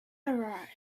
arise